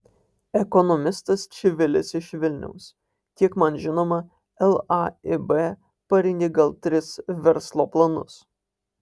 ekonomistas čivilis iš vilniaus kiek man žinoma laib parengė gal tris verslo planus